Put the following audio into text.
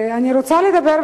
אני רוצה לדבר,